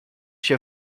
się